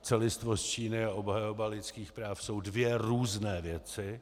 Celistvost Číny a obhajoba lidských práv jsou dvě různé věci.